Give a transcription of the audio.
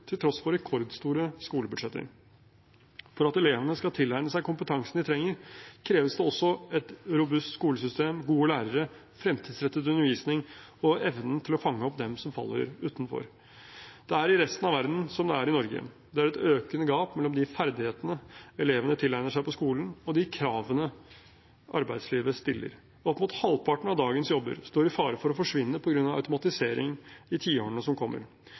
til tross for rekordstore skolebudsjetter. For at elevene skal tilegne seg kompetansen de trenger, kreves det også et robust skolesystem, gode lærere, fremtidsrettet undervisning og evnen til å fange opp dem som faller utenfor. Det er i resten av verden som det er i Norge. Det er et økende gap mellom de ferdighetene elevene tilegner seg på skolen, og de kravene arbeidslivet stiller. Opp mot halvparten av dagens jobber står i fare for å forsvinne på grunn av automatisering i tiårene som kommer.